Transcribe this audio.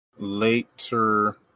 later